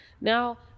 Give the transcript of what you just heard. now